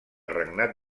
regnat